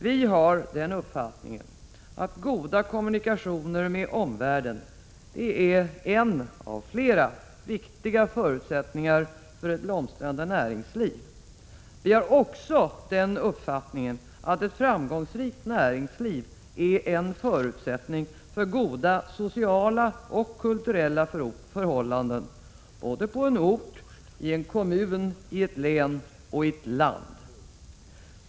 Vi har den uppfattningen att goda kommunikationer med omvärlden är en av flera viktiga förutsättningar för ett blomstrande näringsliv. Vi har också uppfattningen att ett framgångsrikt näringsliv är en förutsättning för goda sociala och kulturella förhållanden på en ort, i en kommun, i ett län och i ett land.